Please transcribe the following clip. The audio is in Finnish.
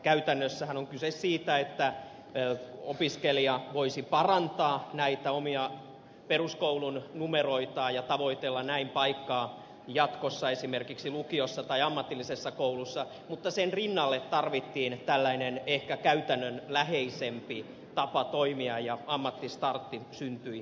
kymppiluokkakäytännössähän on kyse siitä että opiskelija voisi parantaa omia peruskoulun numeroitaan ja tavoitella näin paikkaa jatkossa esimerkiksi lukiossa tai ammatillisessa koulutuksessa mutta sen rinnalle tarvittiin tällainen ehkä käytännönläheisempi tapa toimia ja ammattistartti syntyi siihen